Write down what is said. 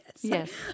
Yes